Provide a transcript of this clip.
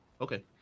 okay